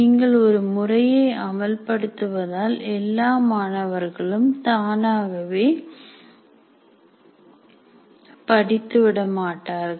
நீங்கள் ஒரு முறையை அமல்படுத்துவதால் எல்லா மாணவர்களும் தானாகவே படித்து விடமாட்டார்கள்